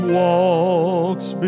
walks